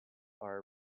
our